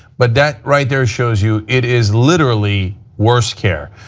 but that right there shows you it is literally worse care.